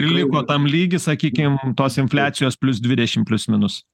liko tam lygį sakykim tos infliacijos plius dvidešimt plius minus